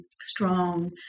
strong